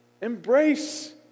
Embrace